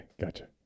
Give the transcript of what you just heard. gotcha